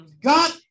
God